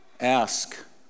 ask